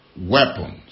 weapons